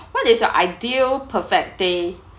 what is your ideal perfect day